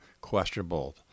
questionable